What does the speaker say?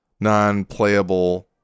non-playable